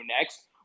next